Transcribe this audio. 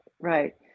right